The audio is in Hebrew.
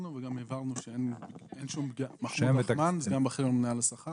שלום לכל הנאספים,